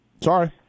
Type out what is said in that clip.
Sorry